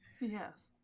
Yes